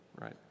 right